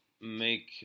make